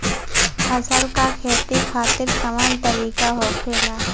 फसल का खेती खातिर कवन तरीका होखेला?